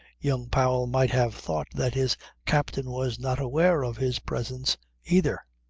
young powell might have thought that his captain was not aware of his presence either.